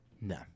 No